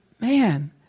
man